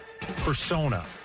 persona